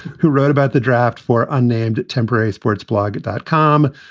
who wrote about the draft for unnamed temporary sports blog at dot com.